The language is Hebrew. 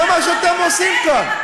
זה מה שאתם עושים כאן.